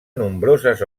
nombroses